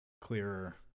clearer